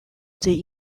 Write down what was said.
they